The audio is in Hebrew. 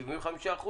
ל-75%